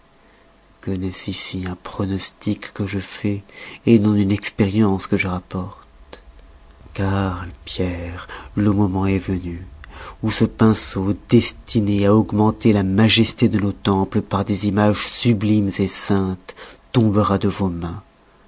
que n'est-ce ici un pronostic que je fais non une expérience que je rapporte carle pierre le moment est venu où ce pinceau destiné à augmenter la majesté de nos temples par des images sublimes saintes tombera de vos mains